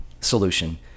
solution